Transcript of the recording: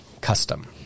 custom